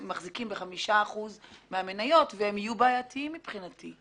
שמחזיקים בחמישה אחוזים מהמניות והם יהיו בעייתיים מבחינתי.